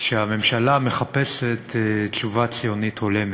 שהממשלה מחפשת תשובה ציונית הולמת.